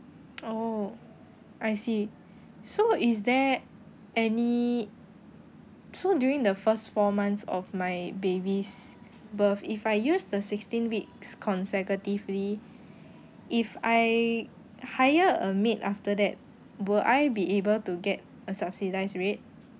oh I see so is there any so during the first four months of my baby's birth if I use the sixteen weeks consecutively if I hire a maid after that will I be able to get a subsidised rate